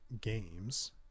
games